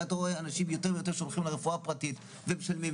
הרי אתה רואה אנשים יותר ויותר שהולכים לרפואה פרטית ומשלמים,